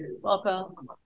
Welcome